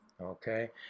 okay